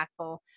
impactful